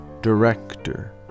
director